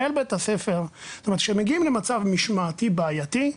כשמגיעים למצב משמעתי בעייתי,